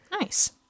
Nice